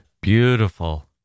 Beautiful